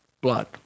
blood